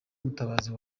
mutabazi